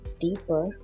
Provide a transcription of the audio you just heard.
deeper